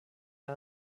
der